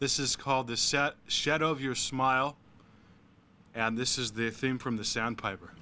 this is called the shadow of your smile and this is the theme from the sound pipe